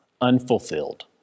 unfulfilled